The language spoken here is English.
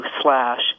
slash